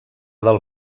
del